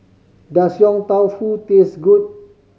does Yong Tau Foo taste good